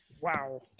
Wow